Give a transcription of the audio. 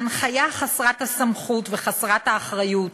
ההנחיה חסרת הסמכות וחסרת האחריות